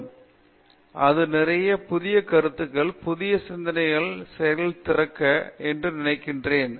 பேராசிரியர் பிரதாப் ஹரிதாஸ் ஆமாம் அது நிறைய புதிய கருத்துக்களை புதிய சிந்தனை செயலிகளை திறக்கும் என்று நினைக்கிறேன்